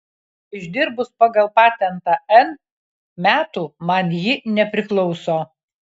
išdirbus pagal patentą n metų man ji nepriklauso